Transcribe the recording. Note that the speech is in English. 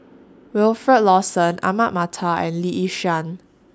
Wilfed Lawson Ahmad Mattar and Lee Yi Shyan